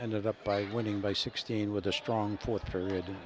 ended up by winning by sixteen with a strong fourth period